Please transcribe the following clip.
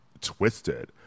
twisted